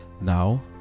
now